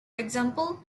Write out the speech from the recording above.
example